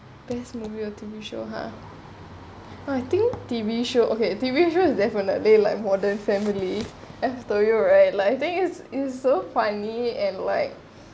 best movie or T_V show !huh! oh I think T_V show okay T_V show is definitely like modern family I've told you right like I think is is so funny and like